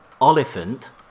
Oliphant